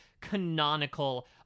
canonical